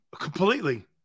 completely